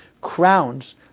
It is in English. crowns